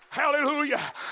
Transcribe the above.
Hallelujah